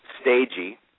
stagey